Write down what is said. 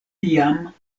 tiam